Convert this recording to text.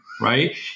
right